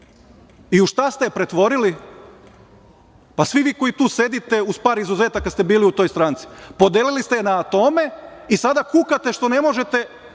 i u šta ste je pretvorili? Pa, svi vi koji tu sedite uz par izuzetaka ste bili u toj stranci. Podelili ste je na atome i sada kukate što ne možete